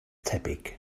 tebyg